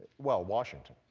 well, washington.